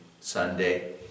Sunday